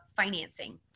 financing